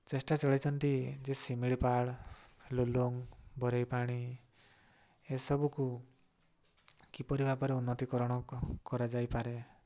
ଚେଷ୍ଟା ଚଳେଇଛନ୍ତି ଯେ ଶିମିଳିପାଳ ଲୁଲୁଙ୍ଗ ବରେଇପାଣି ଏସବୁକୁ କିପରି ଭାବରେ ଉନ୍ନତିକରଣ କରାଯାଇପାରେ